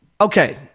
okay